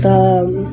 त